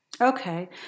Okay